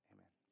Amen